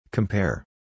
Compare